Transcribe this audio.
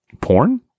Porn